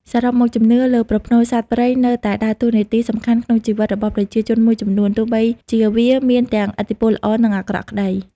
សរុបមក ជំនឿលើប្រផ្នូលសត្វព្រៃនៅតែដើរតួនាទីសំខន់ក្នុងជីវិតរបស់ប្រជាជនមួយចំនួន ទោះបីជាវាមានទាំងឥទ្ធិពលល្អ និងអាក្រក់ក្តី។